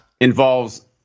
involves